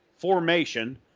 Formation